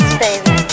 baby